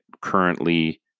currently